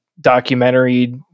documentary